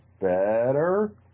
better